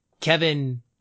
Kevin